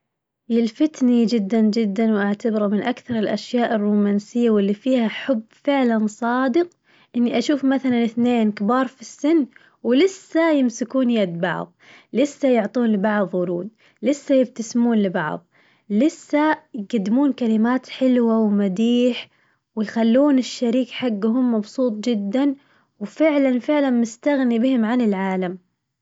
يلفتني جداً جداً وأعتبره من أكثر الأشياء الرومانسية واللي فيها حب فعلاً صادق إني أشوف مثلاً اثنين كبار في السن ولسة يمسكون يد بعظ، لسة يعطون بعظ ورود لسة يبتسمون لبعظ، لسة يقدمون كلمات حلوة ومديح ويخلون الشريك حقهم مبسوط جداً وفعلاً فعلاً مستغني بهم عن العالم.